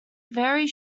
very